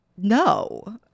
no